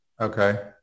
Okay